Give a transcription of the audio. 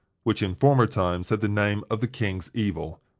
which in former times had the name of the king's evil.